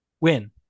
win